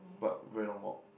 but very long walk